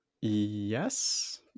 Yes